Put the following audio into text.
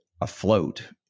afloat